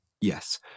Yes